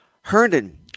Herndon